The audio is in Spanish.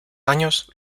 años